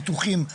ביטוחים,